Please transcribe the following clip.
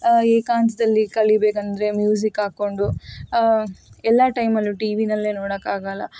ಏಕಾಂತದಲ್ಲಿ ಕಲೀಬೇಕೆಂದರೆ ಮ್ಯೂಸಿಕ್ ಹಾಕ್ಕೊಂಡು ಎಲ್ಲ ಟೈಮಲ್ಲೂ ಟಿ ವಿನಲ್ಲೇ ನೋಡೋಕ್ಕಾಗಲ್ಲ